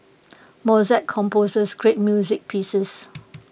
Mozart composes great music pieces